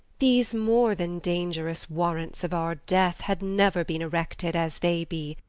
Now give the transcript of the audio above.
these more than dangerous warrants of our death had never been erected as they be,